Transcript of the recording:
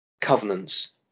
covenants